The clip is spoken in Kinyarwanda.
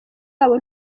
wabo